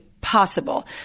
possible